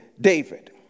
David